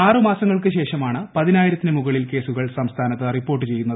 ആറ് മാസങ്ങൾക്ക് ശേഷമാണ് പ്രതീനായിരത്തിന് മുകളിൽ കേസുകൾ സംസ്ഥാനത്ത് റിപ്പോർട്ട് ചെയ്യുന്നത്